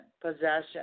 possession